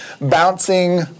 bouncing